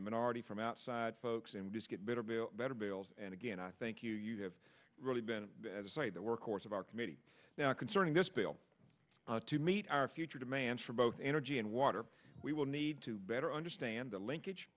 the minority from outside folks and just get better bill better bills and again i thank you you have really been the workhorse of our committee now concerning this bill to meet our future demands for both energy and water we will need to better understand the linkage